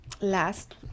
last